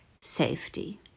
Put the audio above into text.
safety